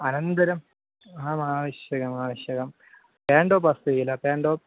अनन्तरम् अहम् आवश्यकम् आवश्यकं पेन्टोप् अस्ति किल पेण्टोप्